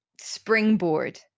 springboard